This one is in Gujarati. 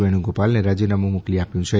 વેણુગોપાલને રાજીનામું મોકલી આપ્યું છે